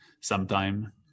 sometime